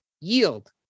yield